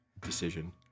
decision